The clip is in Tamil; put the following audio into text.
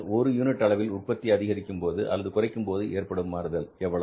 ஒரு யூனிட் அளவில் உற்பத்தியை அதிகரிக்கும்போது அல்லது குறைக்கும்போது ஏற்படும் மாறுதல் எவ்வளவு